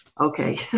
Okay